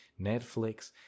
Netflix